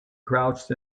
crouched